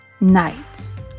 nights